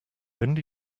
only